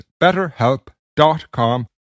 betterhelp.com